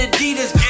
Adidas